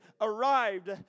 arrived